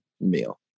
meal